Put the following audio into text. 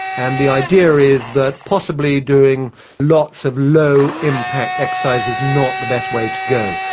and the idea is that possibly doing lots of low impact exercise is not the best way to go.